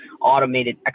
automated